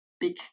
big